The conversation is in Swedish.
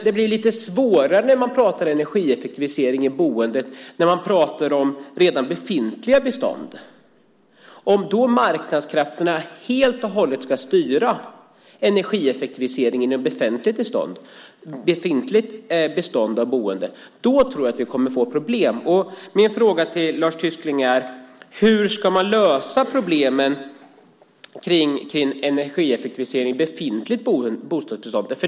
Det blir lite svårare med energieffektivisering i boendet när man pratar om det redan befintliga beståndet. Om marknadskrafterna helt och hållet ska styra energieffektiviseringen i befintligt bestånd tror jag att vi kommer att få problem. Min första fråga till Lars Tysklind är: Hur ska man lösa problemen kring energieffektivisering i befintligt bostadsbestånd?